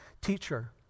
teacher